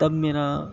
تب میرا